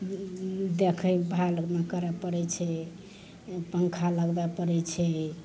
देखै भाल करऽ पड़ैत छै पङ्खा लगबऽ पड़ैत छै